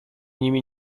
nimi